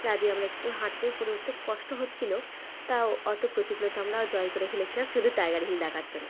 নামিয়ে আমরা একটু হাঁটতে উপরে উঠতে কষ্ট হচ্ছিলো তাও অতো প্রতিকূলতা আমরা জয় করে ফেলেছিলাম শুধু টাইগার হিল দেখার জন্য